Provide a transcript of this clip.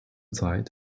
zeit